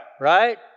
Right